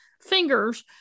fingers